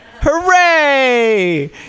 Hooray